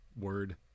word